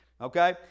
Okay